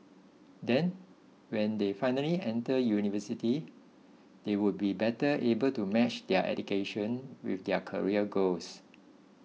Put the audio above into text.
then when they finally enter university they would be better able to match their education with their career goals